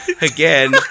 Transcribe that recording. Again